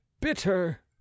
bitter